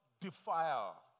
defile